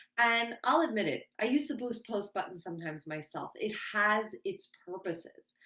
and i'll admit it, i use the boost post button sometimes myself. it has its purposes.